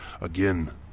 Again